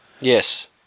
Yes